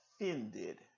offended